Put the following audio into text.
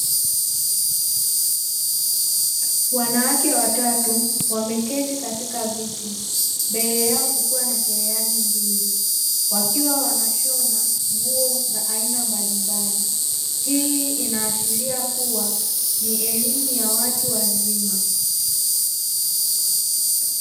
Wanawake watatu wameketi katika viti mbele yao kukiwa na cherehani mbili, wakiwa wanashona nguo za aina mbalimbali. Hii inaashiria kuwa ni elimu ya watu wazima.